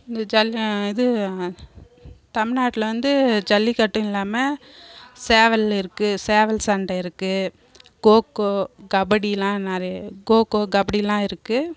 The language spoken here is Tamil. இந்த ஜல் இது தமிழ்நாட்டில் வந்து ஜல்லிக்கட்டும் இல்லாம சேவல் இருக்கு சேவல் சண்டை இருக்கு கொக்கோ கபடி எல்லாம் நிறைய கொக்கோ கபடி எல்லாம் இருக்கு